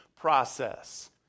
process